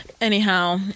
anyhow